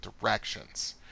directions